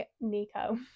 nico